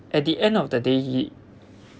at the end of the day he